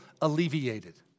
alleviated